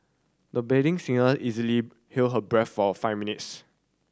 the budding singer easily held her breath for five minutes